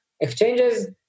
exchanges